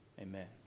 amen